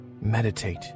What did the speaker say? meditate